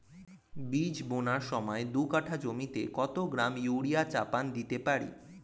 বীজ বোনার সময় দু কাঠা জমিতে কত গ্রাম ইউরিয়া চাপান দিতে পারি?